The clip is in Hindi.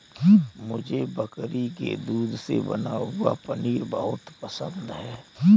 मुझे बकरी के दूध से बना हुआ पनीर बहुत पसंद है